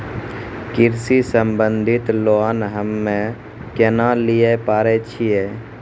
कृषि संबंधित लोन हम्मय केना लिये पारे छियै?